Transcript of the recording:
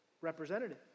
representative